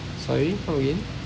sorry come again